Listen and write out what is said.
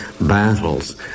battles